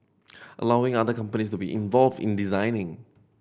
allowing other companies to be involved in designing